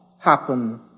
happen